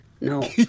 No